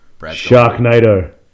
Sharknado